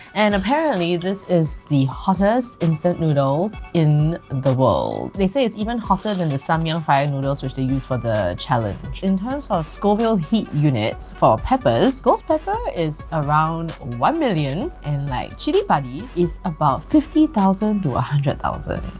and apparently, this is the hottest instant noodles in the world. they say it's even hotter than the samyang fire noodles which they use for the challenge. in terms of scoville heat units for peppers, ghost pepper is around one million, and like chilli padi is about fifty thousand to one hundred thousand.